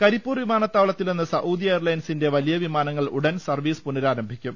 കരിപ്പൂർ വിമാനത്താവളത്തിൽ നിന്ന് സഊദി എയർലൈൻസിന്റെ വലിയ വിമാനങ്ങൾ ഉടൻ സർവീസ് പുനരാരംഭിക്കും